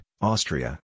Austria